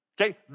Okay